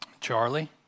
Charlie